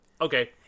okay